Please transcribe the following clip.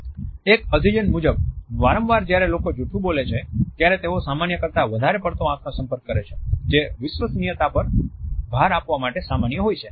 એક અધ્યયન મુજબ વારંવાર જ્યારે લોકો જૂઠું બોલે છે ત્યારે તેઓ સામાન્ય કરતાં વધારે પડતો આંખનો સંપર્ક કરે છે જે વિશ્વસનીયતા પર ભાર આપવા માટે સામાન્ય હોય છે